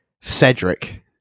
Cedric